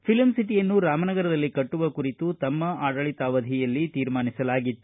film ಸಿಟಿಯನ್ನು ರಾಮನಗರದಲ್ಲಿ ಕಟ್ಟುವ ಕುರಿತು ತಮ್ಮ ಆಡಳಿತಾವಧಿಯಲ್ಲಿ ಸರ್ಕಾರ ತೀರ್ಮಾನಿಸಿತ್ತು